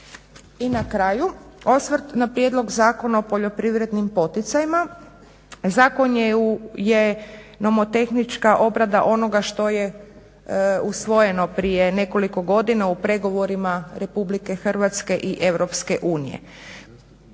I na kraju, osvrt na Prijedlog zakona o poljoprivrednim poticajima. Zakon je nomotehnička obrada onoga što je usvojeno prije nekoliko godina u pregovorima Republike Hrvatske i Europske unije.